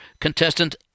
contestant